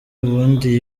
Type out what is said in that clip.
ubundi